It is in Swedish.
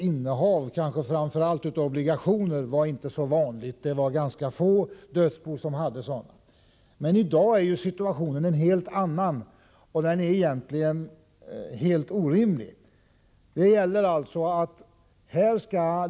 Innehav av framför allt obligationer var inte så vanligt, det var ganska få dödsbon som hade sådana. Men i dag är situationen en helt annan, och den är egentligen helt orimlig.